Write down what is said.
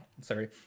sorry